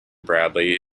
bradley